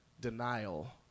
denial